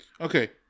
Okay